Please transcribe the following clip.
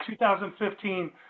2015